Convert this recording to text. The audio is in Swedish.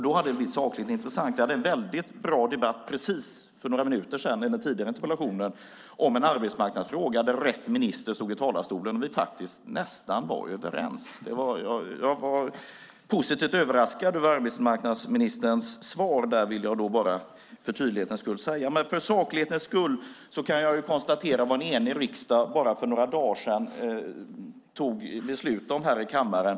Då hade det blivit sakligt intressant. Jag hade en väldigt bra debatt för några minuter sedan om den tidigare interpellationen som handlade om en arbetsmarknadsfråga. Då var det rätt minister som stod i talarstolen, och vi var nästan överens. Jag var positivt överraskad över arbetsmarknadsministerns svar. Jag vill för tydlighetens skull säga det. Men för saklighetens skull kan jag konstatera vad en enig riksdag för bara några dagar sedan fattade beslut om här i kammaren.